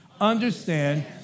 understand